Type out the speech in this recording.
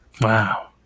Wow